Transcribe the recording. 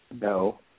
No